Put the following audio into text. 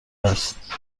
هست